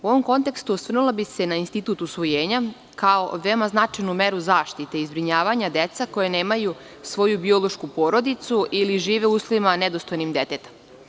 U ovom kontekstu osvrnula bi se na institut usvojenja, kao veoma značajnu meru zaštite i zbrinjavanja dece koja nemaju svoju biološku porodicu ili žive u uslovima nedostojnim deteta.